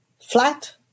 flat